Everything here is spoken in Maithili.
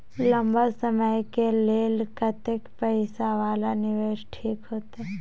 लंबा समय के लेल कतेक पैसा वाला निवेश ठीक होते?